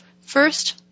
First